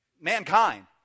mankind